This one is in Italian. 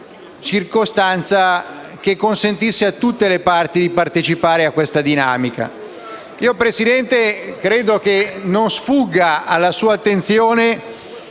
circostanza che consentisse a tutte le parti di partecipare a questa dinamica. Credo, Presidente, che non sfugga alla sua attenzione